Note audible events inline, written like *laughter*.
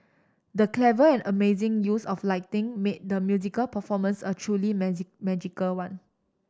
the clever and amazing use of lighting made the musical performance a truly *unintelligible* magical one